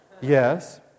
Yes